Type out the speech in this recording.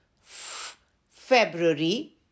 February